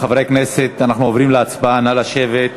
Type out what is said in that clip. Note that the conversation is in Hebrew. חברי הכנסת, אנחנו עוברים להצבעה, נא לשבת,